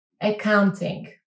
Accounting